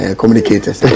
communicators